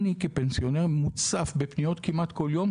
אני כפנסיונר מוצף בפניות כמעט כל יום,